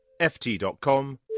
ft.com